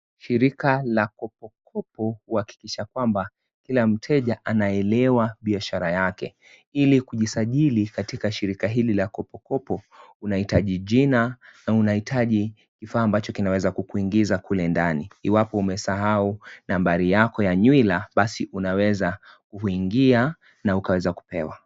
Shirika la kopokopo hukakikisha kwamba kila mteja anaelewa biashara yake, ili kujisajili katika shirika hili la kopokopo unahitaji jina na unahitaji kifaa ambacho kinaweza kukuingiza kule ndani, iwapo umesahau nambari yako ya nywila basi unaweza kuingia na ukaweza kupewa.